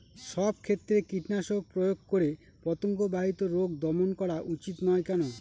সব ক্ষেত্রে কীটনাশক প্রয়োগ করে পতঙ্গ বাহিত রোগ দমন করা উচিৎ নয় কেন?